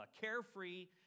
carefree